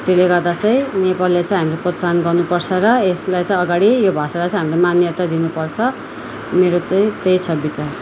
त्यसले गर्दा चाहिँ नेपालीले चाहिँ हामीले प्रोत्साहन गर्नुपर्छ र यसलाई चाहिँ अगाडि यो भाषालाई चाहिँ हामीले मान्यता दिनुपर्छ मेरो चाहिँ त्यही छ विचार